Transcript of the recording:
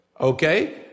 Okay